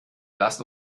lasst